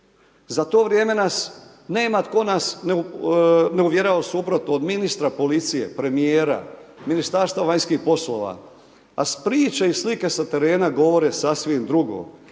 Za to vrijeme nas nema tko nas ne uvjerava u suprotno, od ministra policije, premijera, Ministarstva vanjskih poslova a priče i slike sa terena govore sasvim drugo.